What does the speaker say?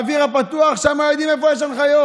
באוויר הפתוח, שם יודעים איפה יש הנחיות.